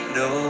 no